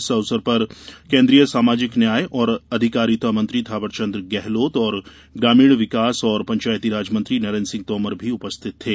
इस अवसर पर केन्द्रीय सामाजिक न्याय और अधिकारिता मंत्री थांवरचन्द्र गेहलोत और ग्रामीण विकास और पंचायतीराज मंत्री नरेन्द्र सिंह तोमर भी उपस्थित थे